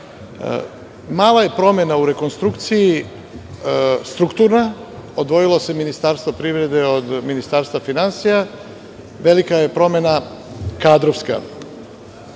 je promena o rekonstrukciji strukturna, odvojilo se Ministarstvo privrede od Ministarstva finansija, velika je promena kadrovska.